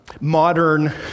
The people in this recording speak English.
modern